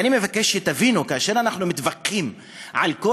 ואני מבקש שתבינו: כאשר אנחנו מתווכחים על כל